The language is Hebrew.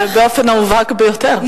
באופן המובהק ביותר.